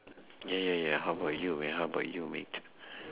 ya ya ya how about you man how about you mate